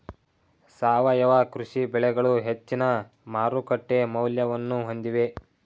ಸಾವಯವ ಕೃಷಿ ಬೆಳೆಗಳು ಹೆಚ್ಚಿನ ಮಾರುಕಟ್ಟೆ ಮೌಲ್ಯವನ್ನು ಹೊಂದಿವೆ